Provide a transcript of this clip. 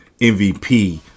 MVP